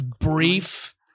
brief